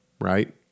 right